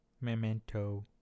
memento